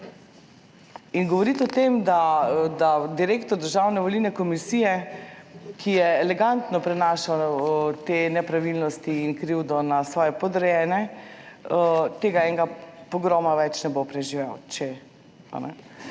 In govoriti o tem, da da direktor Državne volilne komisije, ki je elegantno prenašal te nepravilnosti in krivdo na svoje podrejene, tega enega pogroma več ne bo preživel, če, a ne.